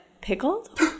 pickled